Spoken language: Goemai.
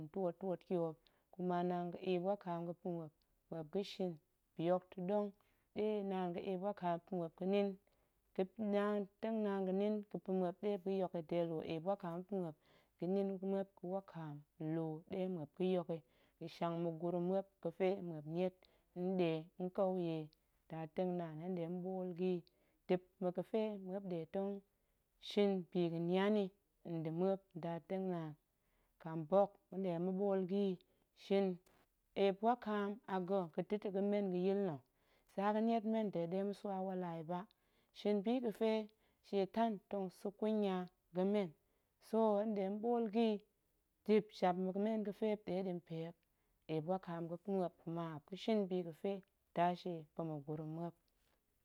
tyop kuma naan ga̱ eep wakaam ga̱pa̱ muop, muop ga̱shin bi hok ta̱ɗong ɗe naan ga̱ eep wakaam pa̱ muop ga̱nin ndatengnaan ga̱nin ga̱pa̱ muop ɗe muop ga̱yok yi de lu, eep wakaam ga̱pa̱ muop ga̱nin muop ga̱ wakaam nlu ɗe muop ga̱yok yi ga̱shang ma̱gurum muop ga̱pe muop niet nɗe kouye, ndatengnaan hen nɗe ɓool ga̱yi dip ma̱ ga̱pemuop nɗe tong shin biga̱nian yi nda̱ muop, ndatengnaan kambok ma̱nɗe ma̱ɓool ga̱ yi, shin eep wakaam a ga̱ ga̱da̱ ga̱men ga̱yil nna̱, tsa ga̱niet men de ɗe ma̱swa wala yi ba, shin bi ga̱fe shietan tong sa̱ kunya ga̱men so hen nɗe tong ɓool ga̱ yi dip jap mmuk men ga̱fe muop nɗeɗi mpe hok, eep wakaam ga̱pa̱ muop kuma muop ga̱shin bi ga̱pe muop ɗa shie pa̱ ma̱gurum muop.